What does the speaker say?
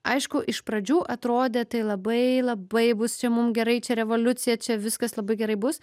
aišku iš pradžių atrodė tai labai labai bus čia mum gerai čia revoliucija čia viskas labai gerai bus